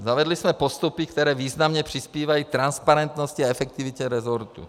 Zavedli jsme postupy, které významně přispívají k transparentnosti a efektivitě resortu.